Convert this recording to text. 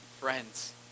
friends